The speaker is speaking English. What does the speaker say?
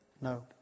no